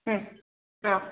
ಹ್ಞೂ ಹಾಂ